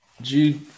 Jude